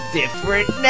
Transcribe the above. different